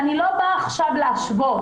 אני לא באה עכשיו להשוות,